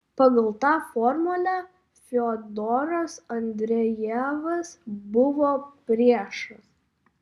pagal tą formulę fiodoras andrejevas buvo priešas